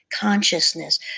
consciousness